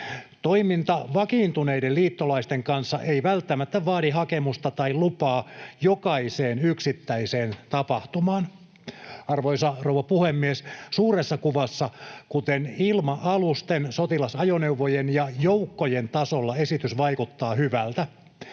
Toiminta vakiintuneiden liittolaisten kanssa ei välttämättä vaadi hakemusta tai lupaa jokaiseen yksittäiseen tapahtumaan. Arvoisa rouva puhemies! Suuressa kuvassa, kuten ilma-alusten, sotilasajoneuvojen ja joukkojen tasolla, esitys vaikuttaa hyvältä.